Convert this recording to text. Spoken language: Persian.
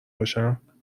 باشم